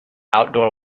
outdoor